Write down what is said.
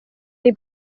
dei